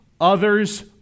others